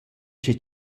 che